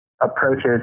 approaches